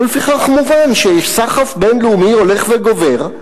לפיכך, מובן שיש סחף בין-לאומי הולך וגובר,